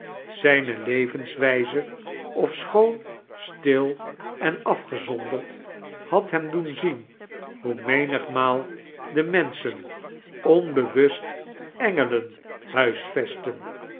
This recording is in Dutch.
zijme levenswijee ofcchoon stal en afgiezaoderd had hem doen zien hoe menigmaal de menschen onbewust engelen huisvesten